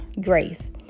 grace